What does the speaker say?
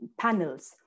panels